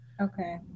Okay